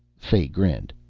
fay grinned.